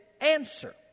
answer